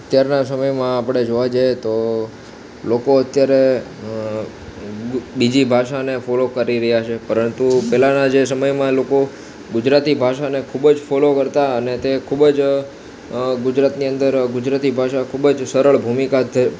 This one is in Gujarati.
અત્યારના સમયમાં આપણે જોવા જઈએ તો લોકો અત્યારે બીજી ભાષાને ફોલો કરી રહ્યાં છે પરંતુ પહેલાના જે સમયમાં એ લોકો ગુજરાતી ભાષાને ખૂબજ ફોલો કરતા અને તે ખૂબ જ ગુજરાતની અંદર ગુજરાતી ભાષા ખૂબજ સરળ ભૂમિકા